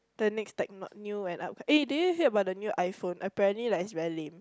the next techno new and upco~ eh do you hear about the new iPhone apparently like it's very lame